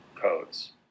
codes